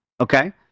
okay